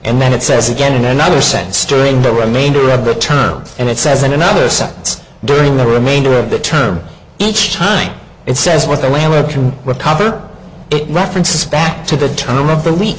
and then it says again in another sense during the remainder of the terms and it says in another sentence during the remainder of the term each time it says what the whaler can recover it references back to the turn of the week